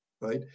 right